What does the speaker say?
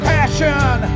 Passion